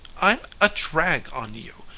i'm a drag on you.